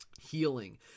healing